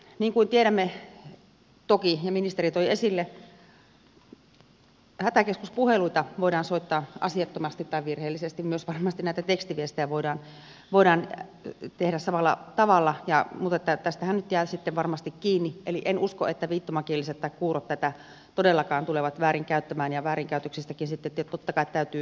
niin kuin toki tiedämme ja ministeri toi esille hätäkeskuspuheluita voidaan soittaa asiattomasti tai virheellisesti ja myös varmasti näiden tekstiviestien suhteen voidaan tehdä samalla tavalla mutta tästähän nyt jää sitten varmasti kiinni eli en usko että viittomakieliset tai kuurot tätä todellakaan tulevat väärin käyttämään ja väärinkäytöksistäkin sitten totta kai täytyy puhua